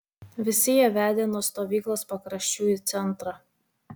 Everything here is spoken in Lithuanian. visi jie vedė nuo stovyklos pakraščių į centrą